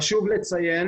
חשוב לציין